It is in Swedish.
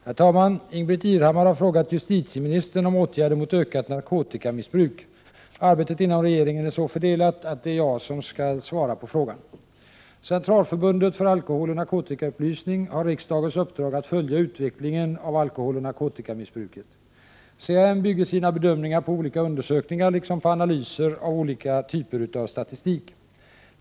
Herr talman! Ingbritt Irhammar har frågat justitieministern om åtgärder mot ökat narkotikamissbruk. Arbetet inom regeringen är så fördelat att det är jag som skall svara på frågan. Centralförbundet för alkoholoch narkotikaupplysning har riksdagens uppdrag att följa utvecklingen av alkoholoch narkotikamissbruket. CAN bygger sina bedömningar på olika undersökningar liksom på analyser av olika typer av statistik.